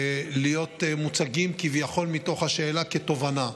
להיות מוצגים כביכול מתוך השאלה כתובנה.